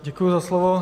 Děkuji za slovo.